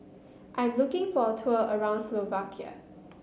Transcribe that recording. I am looking for a tour around Slovakia